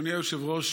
אדוני היושב-ראש,